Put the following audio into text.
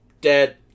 dead